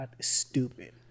stupid